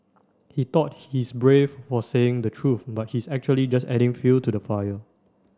he thought he's brave for saying the truth but he's actually just adding fuel to the fire